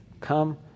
come